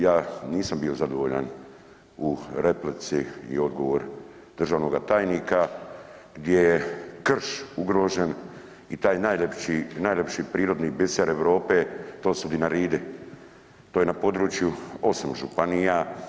Ja nisam bio zadovoljan u replici i odgovor državnoga tajnika gdje je krš ugrožen i taj najljepši, najljepši prirodni biser Europe to su Dinaridi, to je na području 8 županija.